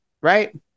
right